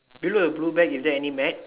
you look at the blue bag is there any mat